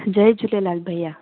जय झूलेलाल भईया